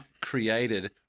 created